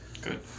Good